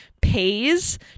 pays